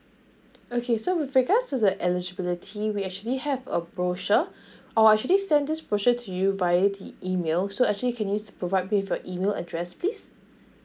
okay so with regards to the eligibility we actually have a brochure or I should we send this brochure to you via the email so actually you can you just provide me with your email address please